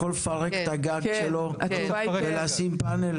יכול לפרק את הגג שלו ולשים פאנלים?